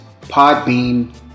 Podbean